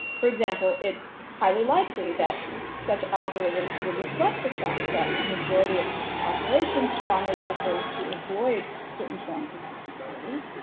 for example, it's highly likely that such algorithms would reflect the fact that the majority of the population strongly prefers to avoid certain forms of disability,